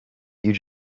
you